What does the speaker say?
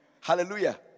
Hallelujah